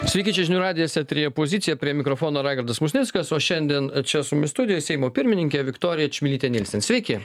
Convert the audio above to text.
sveiki čia žinių radijas eteryje pozicija prie mikrofono raigardas musnickas o šiandien čia su mumis studijoje seimo pirmininkė viktorija čmilytė nielsen sveiki